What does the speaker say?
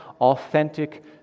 authentic